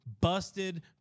busted